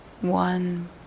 one